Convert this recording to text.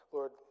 Lord